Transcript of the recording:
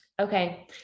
Okay